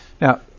Now